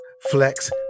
flex